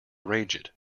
arrange